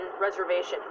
reservation